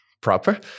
Proper